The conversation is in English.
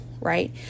right